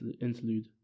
interlude